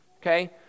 Okay